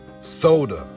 Soda